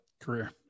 Career